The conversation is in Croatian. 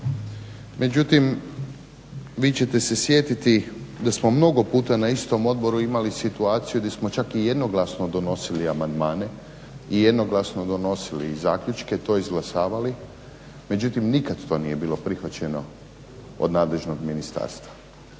vi ćete se sjetiti da smo mnogo puta na istom odboru imali situaciju gdje smo čak i jednoglasno donosili amandmane i jednoglasno donosili zaključke i to izglasavali, međutim nikad to nije bilo prihvaćeno od nadležnog ministarstva.